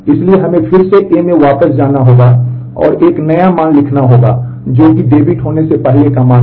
इसलिए हमें फिर से A में वापस जाना होगा और एक नया मान लिखना होगा जो कि डेबिट होने से पहले का मान था